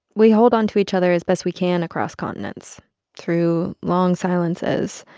we hold onto each other as best we can across continents through long silences,